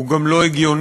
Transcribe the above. הוא גם לא הגיוני,